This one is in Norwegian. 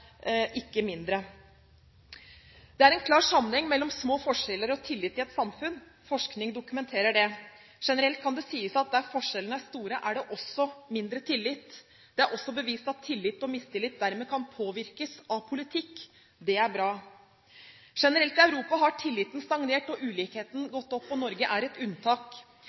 ikke mindre. Det er en klar sammenheng mellom små forskjeller og tillit i et samfunn. Forskning dokumenterer det. Generelt kan det sies at der forskjellene er store, er det også mindre tillit. Det er også bevist at tillit og mistillit dermed kan påvirkes av politikk. Det er bra. Generelt i Europa har tilliten stagnert og ulikhetene økt. Norge er et unntak.